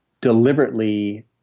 deliberately